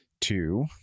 Two